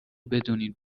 بدونین